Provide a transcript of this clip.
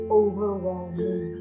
overwhelming